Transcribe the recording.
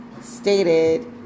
stated